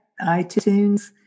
iTunes